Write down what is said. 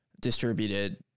distributed